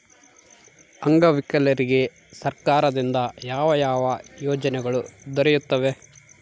ಅಂಗವಿಕಲರಿಗೆ ಸರ್ಕಾರದಿಂದ ಯಾವ ಯಾವ ಯೋಜನೆಗಳು ದೊರೆಯುತ್ತವೆ?